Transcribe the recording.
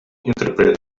interpret